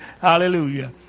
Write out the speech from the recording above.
Hallelujah